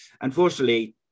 unfortunately